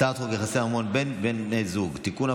הצעת חוק יחסי ממון בין בני זוג (תיקון,